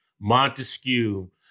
Montesquieu